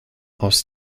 aus